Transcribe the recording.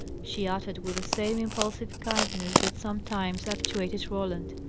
she uttered with the same impulsive kindness that sometimes actuated roland.